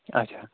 اَچھا